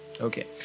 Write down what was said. Okay